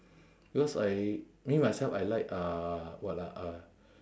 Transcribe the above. because I me myself I like uh what ah uh